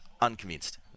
Unconvinced